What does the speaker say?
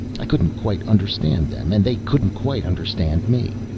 i couldn't quite understand them, and they couldn't quite understand me.